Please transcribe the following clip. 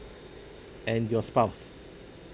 and your spouse